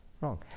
wrong